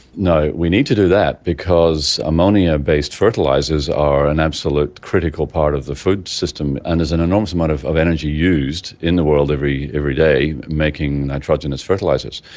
we need to do that because ammonia based fertilisers are an absolute critical part of the food system, and there's an enormous amount of of energy used in the world every every day making nitrogenous fertilisers.